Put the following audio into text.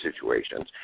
situations